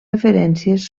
referències